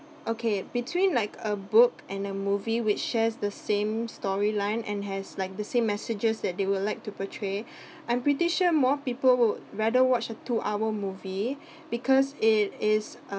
okay between like a book and a movie which shares the same story line and has like the same messages that they would like to portray I'm pretty sure more people would rather watch a two hour movie because it is uh